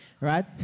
Right